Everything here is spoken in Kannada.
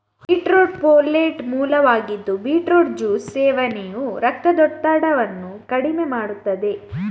ಬೀಟ್ರೂಟ್ ಫೋಲೆಟ್ ಮೂಲವಾಗಿದ್ದು ಬೀಟ್ರೂಟ್ ಜ್ಯೂಸ್ ಸೇವನೆಯು ರಕ್ತದೊತ್ತಡವನ್ನು ಕಡಿಮೆ ಮಾಡುತ್ತದೆ